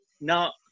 Now